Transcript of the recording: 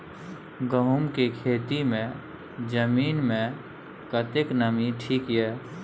गहूम के खेती मे जमीन मे कतेक नमी ठीक ये?